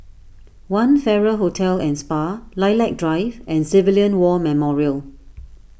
one Farrer Hotel and Spa Lilac Drive and Civilian War Memorial